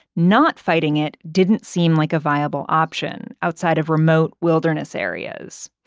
not fighting it didn't seem like a viable option outside of remote wilderness areas.